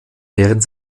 während